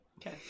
Okay